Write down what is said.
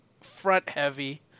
front-heavy